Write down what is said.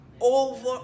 over